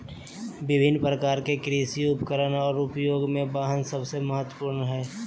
विभिन्न प्रकार के कृषि उपकरण और उपयोग में वाहन सबसे महत्वपूर्ण हइ